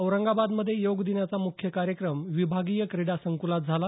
औरंगाबादमध्ये योग दिनाचा मुख्य कार्यक्रम विभागीय क्रीडा संकूलात झाला